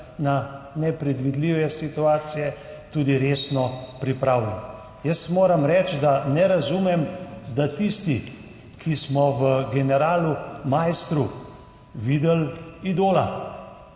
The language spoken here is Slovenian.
na nepredvidljive situacije tudi resno pripravljen. Moram reči, da ne razumem, da nas tiste, ki smo v generalu Maistru videli idola,